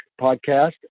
podcast